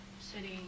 sitting